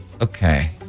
Okay